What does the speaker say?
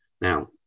Now